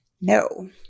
No